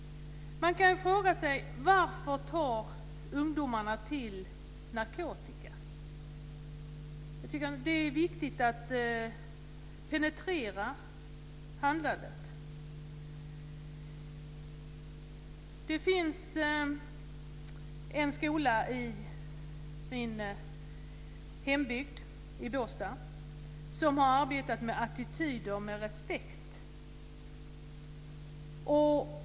Man kan fråga sig varför ungdomar tar till narkotika. Det är viktigt att penetrera handlandet. I min hembygd, i Båstad, finns det en skola som har arbetat med attityder och respekt.